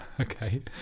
Okay